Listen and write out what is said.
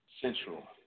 Central